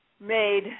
made